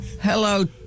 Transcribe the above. Hello